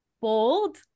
bold